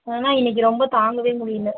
ஆனால் இன்னைக்கு ரொம்ப தாங்க முடியல